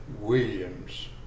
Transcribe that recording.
Williams